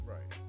Right